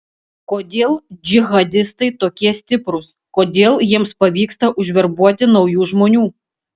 kodėl džihadistai tokie stiprūs kodėl jiems pavyksta užverbuoti naujų žmonių